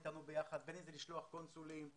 בין אם זה לשלוח קונסולים,